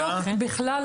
לא המבנים ולא כלום.